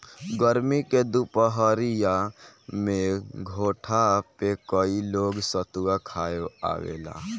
गरमी के दुपहरिया में घोठा पे कई लोग सतुआ खाए आवेला